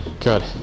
Good